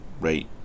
right